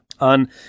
On